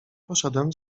poszedłem